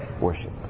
worship